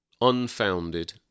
unfounded